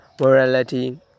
morality